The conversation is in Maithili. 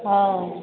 हाँ